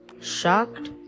Shocked